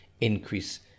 increase